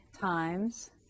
times